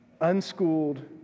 Unschooled